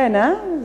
כן, אה?